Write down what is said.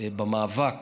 במאבק